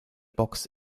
box